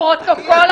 לפרוטוקול,